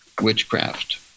witchcraft